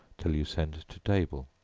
till you send to table.